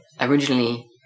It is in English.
originally